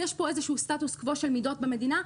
יש פה איזשהו סטטוס-קוו של מידות במדינה,